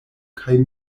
kaj